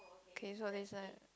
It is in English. okay so this one